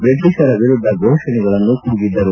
ಬ್ರಿಟಿಷರ ವಿರುದ್ದ ಘೋಷಣೆಗಳನ್ನು ಕೂಗಿದ್ದರು